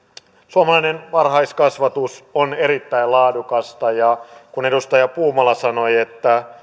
suomalainen varhaiskasvatus on erittäin laadukasta ja kun edustaja puumala sanoi